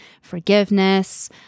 forgiveness